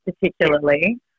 particularly